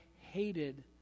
hated